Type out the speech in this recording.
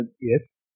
Yes